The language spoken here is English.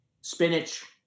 spinach